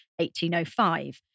1805